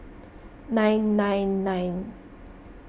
nine nine nine